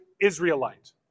Israelite